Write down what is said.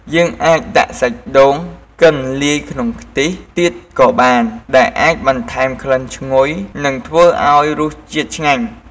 យើងអាចដាក់សាច់ដូងកិនលាយក្នុងខ្ទិះទៀតក៏បាន ដែលអាចបន្ថែមក្លិនឈ្ងុយ និងធ្វើឱ្យរសជាតិឆ្ងាញ់។